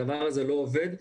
הדבר הזה לא עובד.